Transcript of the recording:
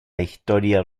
historia